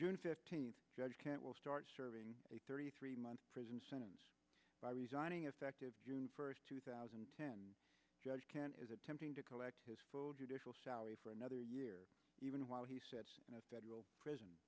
june fifteenth judge can't will start serving a thirty three month prison sentence by resigning effective first two thousand and ten judge can is attempting to collect his full judicial salary for another year even while he said federal prison